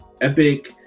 Epic